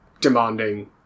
demanding